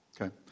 Okay